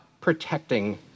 protecting